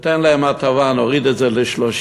ניתן להם הטבה, נוריד את זה ל-30%.